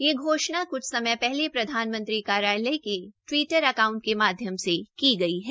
यह घोषणा क्छ समय पहले प्रधानमंत्री कार्यालय के टिवीटर अकाउंट के माध्यम से की गई है